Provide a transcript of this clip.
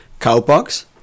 cowpox